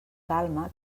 calma